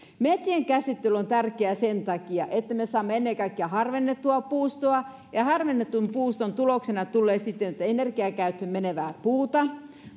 metsien käsittely on tärkeää sen takia että me saamme ennen kaikkea harvennettua puustoa ja harvennetun puuston tuloksena tulee sitten energiakäyttöön menevää puuta